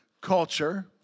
culture